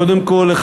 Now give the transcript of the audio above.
קודם כול,